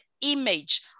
image